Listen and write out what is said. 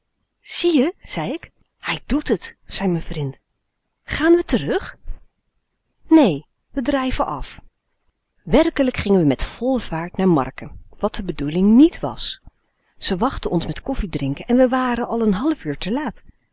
zie je zei ik hij doet t zei m'n vrind gaan we terug nee we drijven af werklijk gingen we met volle vaart naar marken wat de bedoeling niet was ze wachtten ons met koffiedrinken en we waren al n half uur te laat